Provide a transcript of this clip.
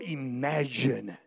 imagine